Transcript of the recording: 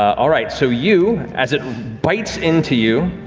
all right, so you, as it bites into you,